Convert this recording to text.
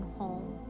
home